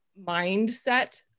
mindset